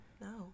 No